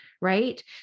right